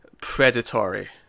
predatory